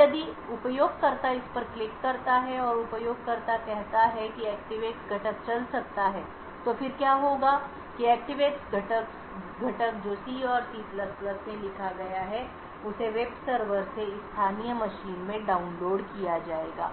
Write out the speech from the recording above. अब यदि उपयोगकर्ता इस पर क्लिक करता है और उपयोगकर्ता कहता है कि ActiveX घटक चल सकता है तो फिर क्या होगा कि ActiveX घटक जो C और C में लिखा गया है उसे वेब सर्वर से इस स्थानीय मशीन में डाउनलोड किया जाएगा